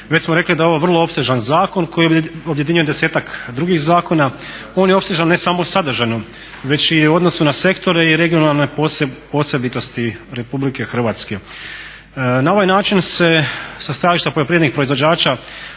Već smo rekli da je ovo vrlo opsežan zakon koji objedinjuje 10-ak drugih zakona. On je opsežan ne samo sadržajno već i u odnosu na sektore i regionalne posebitosti RH. Na ovaj način se sa stajališta poljoprivrednih proizvođača